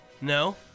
No